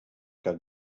cap